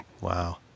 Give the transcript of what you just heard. Wow